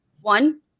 One